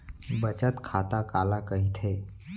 बचत खाता काला कहिथे?